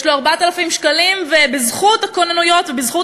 יש לו 4,000 שקלים ובזכות הכוננויות ובזכות